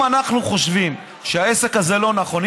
אם אנחנו חושבים שהעסק הזה לא נכון,